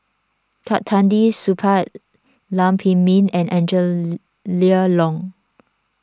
Supaat Lam Pin Min and Angela Liong